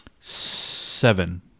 seven